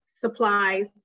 supplies